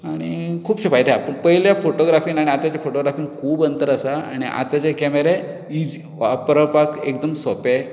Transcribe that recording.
आनी खुबशे फायदे आसात पूण पयले फोटोग्राफीन आनी आतांच्या फोटोग्राफीन खूब अंतर आसा आनी आतांचे कॅमेराय इझी वापरपाक एकदम सोंपे